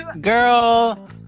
Girl